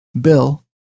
Bill